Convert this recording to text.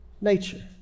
nature